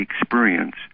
experience